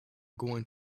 going